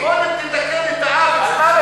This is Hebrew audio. קודם תתקן את העוול.